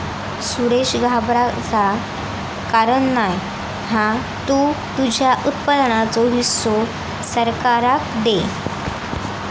सुरेश घाबराचा कारण नाय हा तु तुझ्या उत्पन्नाचो हिस्सो सरकाराक दे